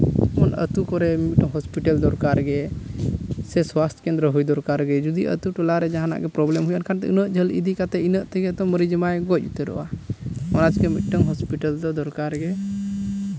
ᱡᱮᱢᱚᱱ ᱟᱛᱳ ᱠᱚᱨᱮ ᱦᱚᱥᱯᱤᱴᱟᱞ ᱫᱚᱨᱠᱟᱨᱜᱮ ᱥᱮ ᱥᱟᱥᱛᱷᱚ ᱠᱮᱫᱽᱨᱚ ᱫᱚᱨᱠᱟᱨ ᱜᱮ ᱡᱩᱫᱤ ᱟᱛᱳ ᱴᱚᱞᱟᱨᱮ ᱡᱟᱦᱟᱱᱟᱜ ᱜᱮ ᱯᱨᱚᱵᱞᱮᱢ ᱦᱩᱭᱩᱜᱼᱟ ᱢᱮᱱᱠᱷᱟᱱ ᱤᱱᱟᱹᱜ ᱡᱷᱟᱹᱞ ᱤᱫᱤ ᱠᱟᱛᱮ ᱤᱱᱟᱹᱜ ᱛᱮᱜᱮ ᱨᱩᱜᱤ ᱢᱟᱭ ᱜᱚᱡ ᱩᱛᱟᱹᱨᱚᱜᱼᱟ ᱚᱱᱟᱛᱮ ᱦᱚᱥᱯᱤᱴᱟᱞ ᱫᱚ ᱢᱤᱫᱴᱟᱝ ᱫᱚᱨᱠᱟᱨ ᱜᱮ